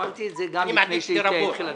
אמרתי את זה גם לפני שהתחיל הדיון.